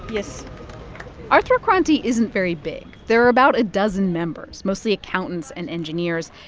yes arthakranti isn't very big. there are about a dozen members, mostly accountants and engineers.